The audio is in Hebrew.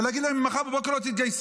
ולהגיד להם: ממחר בבוקר תתגייסו.